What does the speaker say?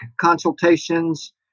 consultations